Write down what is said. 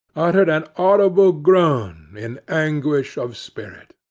uttered an audible groan in anguish of spirit.